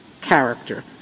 character